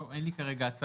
לא, אין לי כרגע הצעה.